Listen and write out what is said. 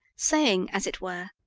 saying, as it were,